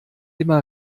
immer